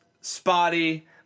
spotty